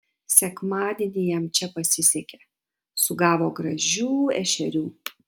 sekmadienį jam čia pasisekė sugavo gražių ešerių